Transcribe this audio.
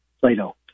Plato